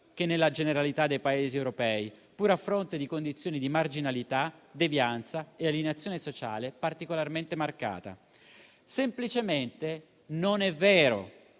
che nella generalità dei Paesi europei, pur a fronte di condizioni di marginalità, devianza e alienazione sociale particolarmente marcata. Semplicemente non è vero